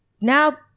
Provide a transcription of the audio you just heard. now